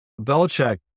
Belichick